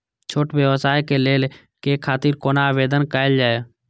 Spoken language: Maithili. छोट व्यवसाय के लोन के खातिर कोना आवेदन कायल जाय?